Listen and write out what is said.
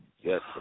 Yes